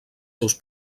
seus